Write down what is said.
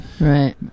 Right